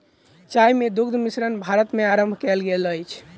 चाय मे दुग्ध मिश्रण भारत मे आरम्भ कयल गेल अछि